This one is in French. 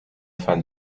fin